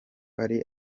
ari